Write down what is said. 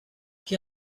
qui